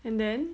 and then